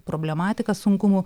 problematika sunkumų